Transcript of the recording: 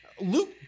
Luke